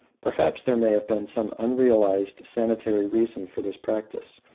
perhaps there may have been some unrealized sanitary reason for this practice.